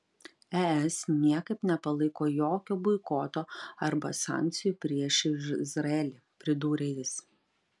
es niekaip nepalaiko jokio boikoto arba sankcijų prieš izraelį pridūrė jis